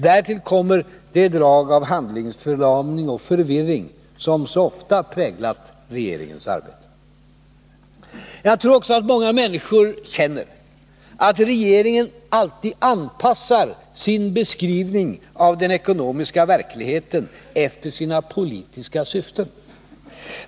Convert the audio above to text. Därtill kommer det drag av handlingsförlamning och förvirring som så ofta präglat regeringens arbete. Jag tror också att många människor känner att regeringen alltid anpassar sin beskrivning av den ekonomiska verkligheten efter sina politiska syften.